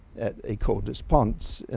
at ecole des ponts